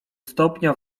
stopnia